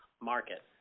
market